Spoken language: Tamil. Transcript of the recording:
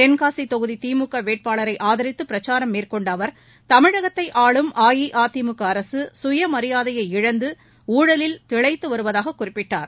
தென்காசி தொகுதி திமுக வேட்பாளரை ஆதரித்து பிரச்சாரம் மேற்கொண்ட அவர் தமிழகத்தை ஆளும் அஇஅதிமுக அரசு சுயமரியாதையை இழந்து ஊழலில் திளைத்து வருவதாக குறிப்பிட்டார்